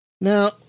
now